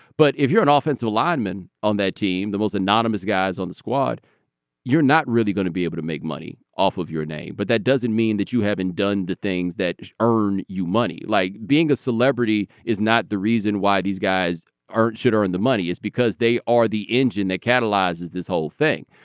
but if you're an offensive and so lineman on that team the most anonymous guys on the squad you're not really going to be able to make money off of your name. but that doesn't mean that you haven't done the things that earn you money. like being a celebrity is not the reason why these guys aren't should earn the money is because they are the engine that catalyze is this whole thing.